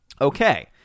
Okay